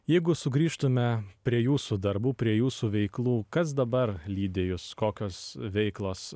jeigu sugrįžtume prie jūsų darbų prie jūsų veiklų kas dabar lydi jus kokios veiklos